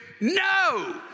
No